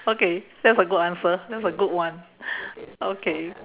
okay that's a good answer that's a good one okay